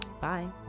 Bye